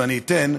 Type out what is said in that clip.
ואני אתן,